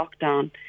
lockdown